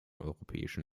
europäischen